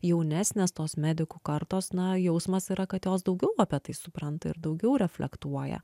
jaunesnės tos medikų kartos na jausmas yra kad jos daugiau apie tai supranta ir daugiau reflektuoja